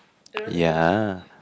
yeah